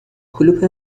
کلوپ